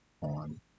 on